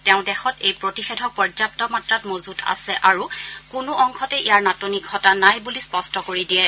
তেওঁ দেশত এই প্ৰতিষেধক পৰ্যাপ্ত মাত্ৰাত মজুত আছে আৰু কোনো অংশতে ইয়াৰ নাটনি ঘটা নাই বুলি স্পষ্ট কৰি দিয়ে